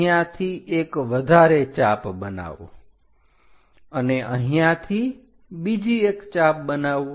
અહીંયાથી એક વધારે ચાપ બનાવો અને અહીંયાથી બીજી એક ચાપ બનાવો